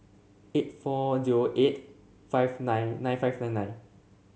eight four zero eight five nine nine five nine nine